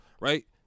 right